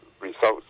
results